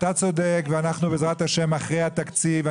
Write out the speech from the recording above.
אתה צודק ואנחנו בעזרת השם אחרי התקציב,